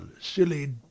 silly